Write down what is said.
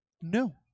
No